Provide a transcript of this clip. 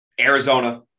Arizona